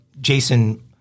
Jason